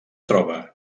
troba